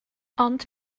ond